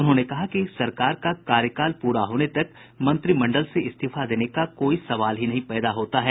उन्होंने कहा कि सरकार का कार्यकाल पूरा होने तक मंत्रिमंडल से इस्तीफा देने का कोई सवाल ही नहीं पैदा होता है